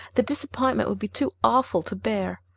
the disappointment would be too awful to bear.